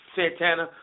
Santana